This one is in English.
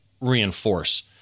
reinforce